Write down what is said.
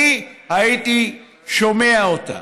אני הייתי שומע אותם,